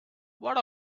what